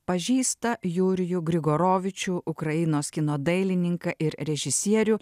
pažįsta jurijų grigoravičių ukrainos kino dailininką ir režisierių